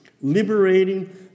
liberating